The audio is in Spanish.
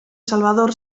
salvador